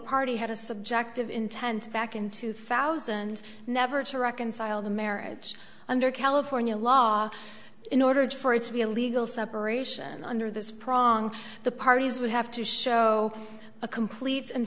party had a subjective intent back in two thousand never to reconcile the marriage under california law in order for its to be a legal separation under this prong the parties would have to show a complete and